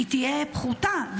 תהיה פחותה,